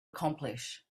accomplish